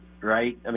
right